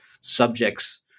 subjects